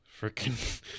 freaking